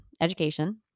education